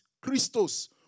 Christos